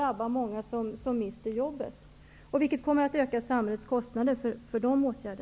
Genom åtgärderna på grund av detta ökar dessutom samhällets kostnader ytterligare.